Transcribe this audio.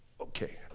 Okay